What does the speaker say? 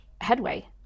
headway